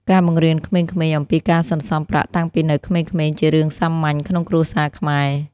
ការបង្រៀនក្មេងៗអំពីការសន្សំប្រាក់តាំងពីនៅក្មេងៗជារឿងសាមញ្ញក្នុងគ្រួសារខ្មែរ។